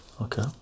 Okay